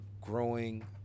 growing